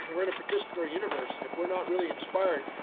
and we're in a participatory universe, and if we're not really inspired,